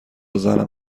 زنم